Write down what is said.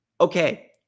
okay